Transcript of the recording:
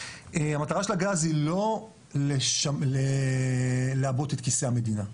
המטרה של הגז היא לא לעבות את כיסי המדינה.